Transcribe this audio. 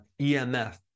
EMF